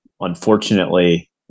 Unfortunately